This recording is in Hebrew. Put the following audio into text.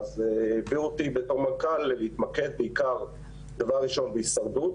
הביאו אותי בתור מנכ"ל להתמקד דבר ראשון בהישרדות,